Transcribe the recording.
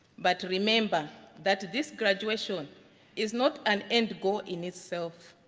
but remember that this graduation is not um end go in itself.